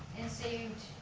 and saved